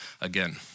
again